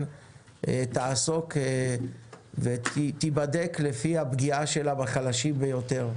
תעסוק ותיבדק לפי הפגיעה שלה בחלשים ביותר,